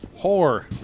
whore